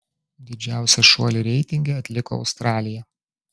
didžiausią šuolį reitinge atliko australija